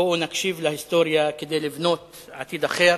בואו נקשיב להיסטוריה כדי לבנות עתיד אחר,